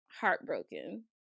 Heartbroken